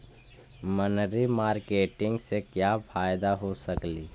मनरी मारकेटिग से क्या फायदा हो सकेली?